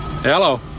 Hello